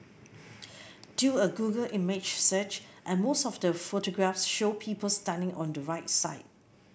do a Google image search and most of the photographs show people standing on the right side